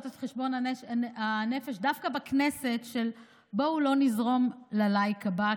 לעשות את חשבון הנפש של בואו לא נזרום ללייק הבא,